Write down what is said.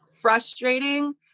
frustrating